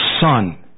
son